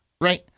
Right